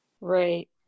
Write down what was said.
Right